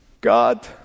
God